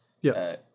Yes